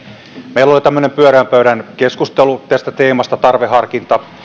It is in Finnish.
oli tämmöinen pyöreän pöydän keskustelu tästä teemasta tarveharkinta